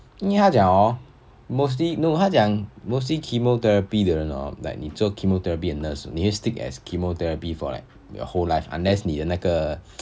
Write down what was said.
应为她讲 hor mostly no 他讲 mostly chemotherapy 的人 hor like 你 chemotherapy nurse 你会 stick as chemotherapy for like your whole life unless 你的那个